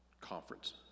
Conference